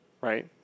right